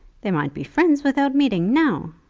they might be friends without meeting now,